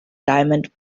diamond